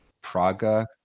Praga